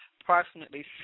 approximately